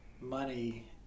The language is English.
money